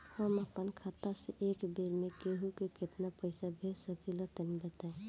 हम आपन खाता से एक बेर मे केंहू के केतना पईसा भेज सकिला तनि बताईं?